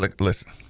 listen